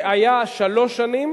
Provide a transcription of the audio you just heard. זה היה שלוש שנים